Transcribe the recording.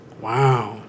Wow